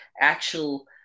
actual